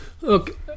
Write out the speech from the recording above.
Look